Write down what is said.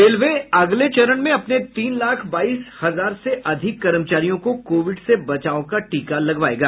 railway अगले चरण में अपने तीन लाख बाईस हजार से अधिक कर्मचारियों को कोविड से बचाव का टीका लगायेगा